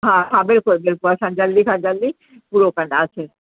हा हा बिल्कुलु बिल्कुलु असां जल्दी खां जल्दी पूरो कंदासीं